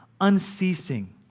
unceasing